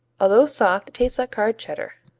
although soft, it tastes like hard cheddar.